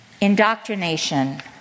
indoctrination